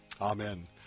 Amen